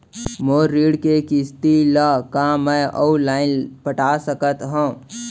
मोर ऋण के किसती ला का मैं अऊ लाइन पटा सकत हव?